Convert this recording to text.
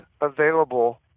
available